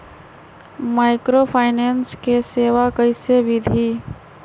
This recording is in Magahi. माइक्रोफाइनेंस के सेवा कइसे विधि?